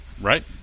Right